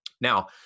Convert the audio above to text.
Now